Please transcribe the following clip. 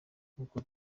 nkuko